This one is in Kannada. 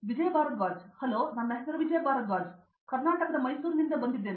ವಿಜಯ್ ಭಾರದ್ವಾಜ್ ಹಲೋ ನನ್ನ ಹೆಸರು ವಿಜಯ ಭಾರದ್ವಾಜ್ ಮೈಸೂರು ಕರ್ನಾಟಕದಿಂದ ನಾನು ಬಂದಿದ್ದೇನೆ